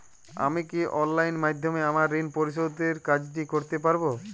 আমি কি অনলাইন মাধ্যমে আমার ঋণ পরিশোধের কাজটি করতে পারব?